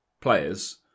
players